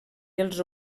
els